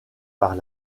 par